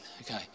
okay